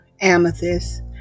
amethyst